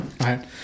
right